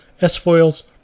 S-Foils